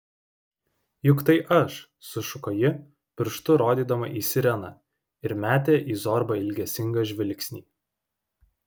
juk tai aš sušuko ji pirštu rodydama į sireną ir metė į zorbą ilgesingą žvilgsnį